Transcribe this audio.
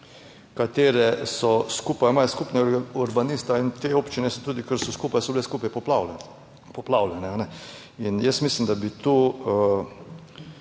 imajo skupnega urbanista in te občine so tudi, ker so skupaj, so bile skupaj poplavljene, in jaz mislim, da bi tu